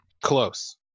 close